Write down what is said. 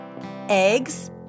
Eggs